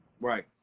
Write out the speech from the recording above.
Right